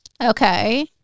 Okay